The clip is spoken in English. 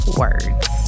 words